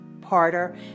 parter